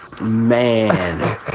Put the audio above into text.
Man